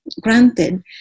Granted